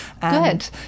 Good